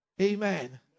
Amen